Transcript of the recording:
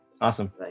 Awesome